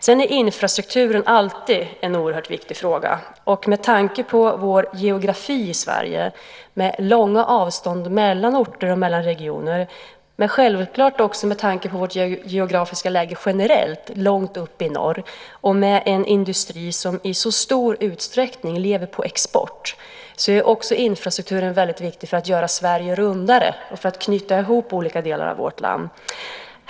Sedan är infrastrukturen alltid en oerhört viktig fråga. Med tanke på vår geografi i Sverige med långa avstånd mellan orter och mellan regioner, men självklart också med tanke på vårt geografiska läge generellt långt uppe i norr och med en industri som i så stor utsträckning lever på export, är infrastrukturen väldigt viktig för att göra Sverige rundare och knyta ihop olika delar av vårt land.